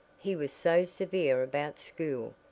he was so severe about school,